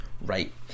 right